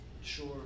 sure